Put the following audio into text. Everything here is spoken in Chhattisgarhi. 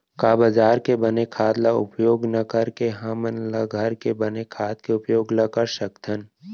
का बजार के खाद ला उपयोग न करके हमन ल घर के बने खाद के उपयोग ल कर सकथन?